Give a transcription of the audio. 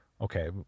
okay